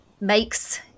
makes